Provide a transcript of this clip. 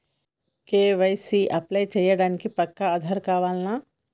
KYC apply చేయనీకి పక్కా ఆధార్ కావాల్నా?